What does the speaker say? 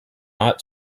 ought